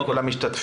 תודה לכל המשתתפים.